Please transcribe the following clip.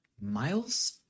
miles